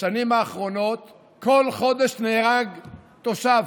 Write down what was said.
בשנים האחרונות בכל חודש נהרג תושב.